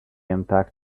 impact